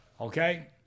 Okay